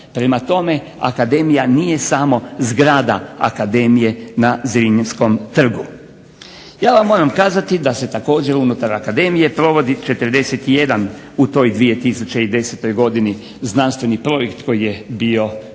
Prema tome, akademija nije samo zgrada akademije na Zrinjskom trgu. Ja vam moram kazati da se također unutar Akademije provodi 41 u toj 2010. godini znanstveni projekt koji je bio tzv.